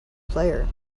player